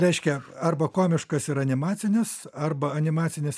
reiškia arba komiškas ir animacinis arba animacinis